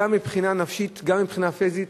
גם מבחינה נפשית, גם מבחינה פיזית.